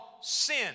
sin